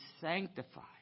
sanctified